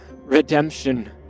redemption